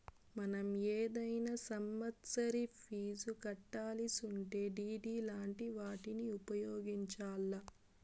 మనం ఏదైనా సమస్తరి ఫీజు కట్టాలిసుంటే డిడి లాంటి వాటిని ఉపయోగించాల్ల